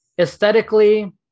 Aesthetically